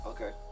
Okay